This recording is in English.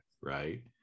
right